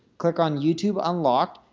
click on youtube unlocked,